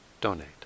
donate